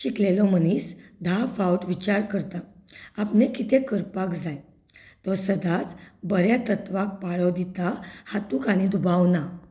शिकलेलो मनीस धा फावट विचार करता आपणें किदें करपाक जाय तो सदांच बऱ्या तत्वाक पाळो दिता हातूंत आनी दुबाव ना